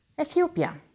Ethiopia